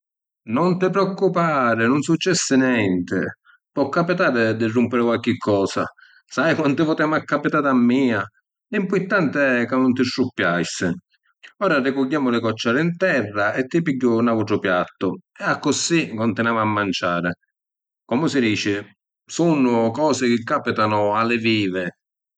Nun ti preoccupari, nun successi nenti. Po’ capitari di rumpiri qualchi cosa. Sai quanti voti m’ha capitatu a mia? L’importanti è ca nun ti struppiasti. Ora arricugghiemu li coccia di ‘n terra e ti pigghiu n’autru piattu e accussì cuntinuamu a manciàri. Comu si dici, sunnu cosi chi capitanu a li vivi.